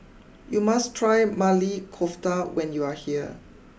you must try Maili Kofta when you are here